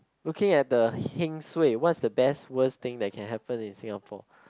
looking at the heng suay what's the best worst thing that can happen in Singapore